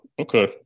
okay